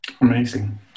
Amazing